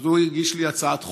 אז הוא הגיש לי הצעת חוק,